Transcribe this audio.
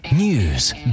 News